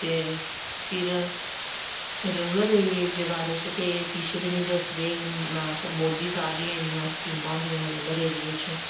ते फिर रूरल एरिये च दे बारे च ते एह् किश बी निं दसदे अस मोदी साह्ब दियां इन्नियां स्कीमां होंदियां न रूरल एरिये च